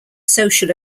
social